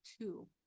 two